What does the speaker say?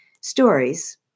stories